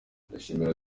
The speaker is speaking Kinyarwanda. ndashimira